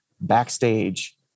backstage